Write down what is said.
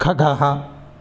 खगः